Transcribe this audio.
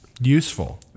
useful